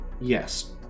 Yes